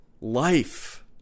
life